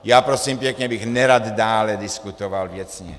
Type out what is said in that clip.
Já, prosím pěkně, bych nerad dále diskutoval věcně.